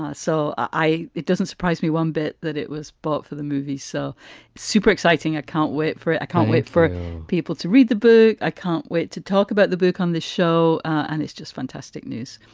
so i it doesn't surprise me one bit that it was booked for the movie. so super exciting. i can't wait for it. i can't wait for people to read the book. i can't wait to talk about the book on this show. and it's just fantastic news.